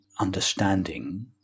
understanding